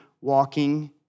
walking